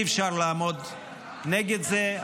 אי-אפשר לעמוד נגד זה.